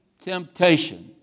temptation